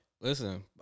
Listen